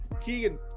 keegan